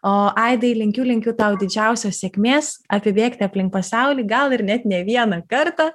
o aidai linkiu linkiu tau didžiausios sėkmės apibėgti aplink pasaulį gal ir net ne vieną kartą